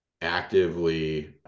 actively